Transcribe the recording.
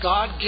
God